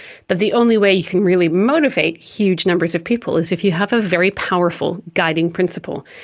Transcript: but the only way you can really motivate huge numbers of people is if you have a very powerful guiding principle.